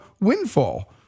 windfall